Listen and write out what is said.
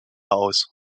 aus